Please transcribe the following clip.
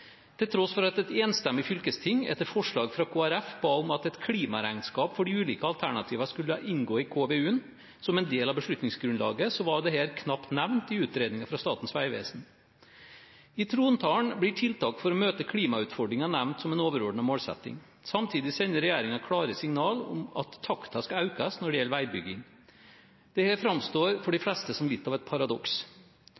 Til tross for at et enstemmig fylkesting, etter forslag fra Kristelig Folkeparti, ba om at et klimaregnskap for de ulike alternativene skulle inngå i KVU-en som en del av beslutningsgrunnlaget, var dette knapt nevnt i utredningene fra Statens vegvesen. I trontalen blir tiltak for å møte klimautfordringene nevnt som en overordnet målsetting. Samtidig sender regjeringen klare signal om at takten skal økes når det gjelder veibygging. Dette framstår for de